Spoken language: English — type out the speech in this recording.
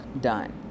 done